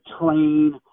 train